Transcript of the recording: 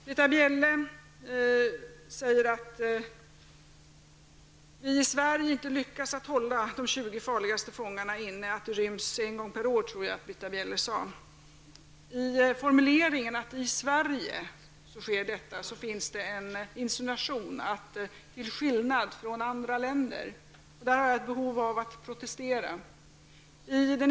Britta Bjelle säger att vi i Sverige inte lyckas hålla de 20 farligaste fångarna inne och att det sker en rymning per år. I formuleringen ''i Sverige'' finns en insinuation, nämligen att det sker här och inte i andra länder. Här har jag ett behov av att protestera.